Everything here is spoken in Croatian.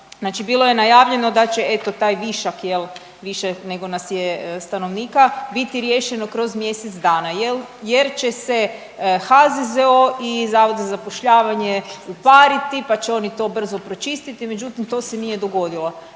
bilo je najavljeno da će eto taj višak jel, više nego nas je stanovnika biti riješeno kroz mjesec dana jer će se HZZO i Zavod za zapošljavanje upariti pa će oni to brzo pročistiti, međutim to se nije dogodilo.